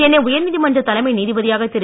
சென்னை உயர்நீதிமன்ற தலைமை நீதிபதியாக திரு